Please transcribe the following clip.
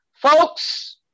Folks